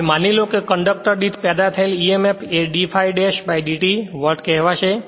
હવે માની લો કે કંડક્ટર દીઠ પેદા થયેલ emf એ d ∅ dash dt વોલ્ટ કહેવાશે